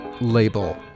label